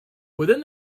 within